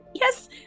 Yes